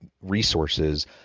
resources